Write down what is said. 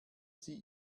sie